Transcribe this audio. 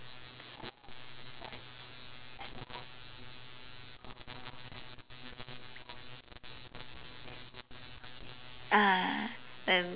ah